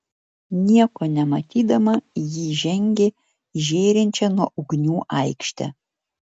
nieko nematydama ji žengė į žėrinčią nuo ugnių aikštę